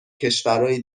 کشورای